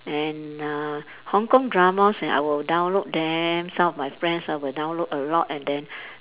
and uh Hong-Kong dramas and I will download them some of my friends ah will download a lot and then